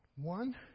One